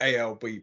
alb